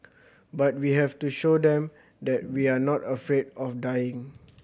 but we have to show them that we are not afraid of dying